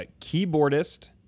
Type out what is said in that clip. keyboardist